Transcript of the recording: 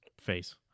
face